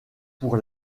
pour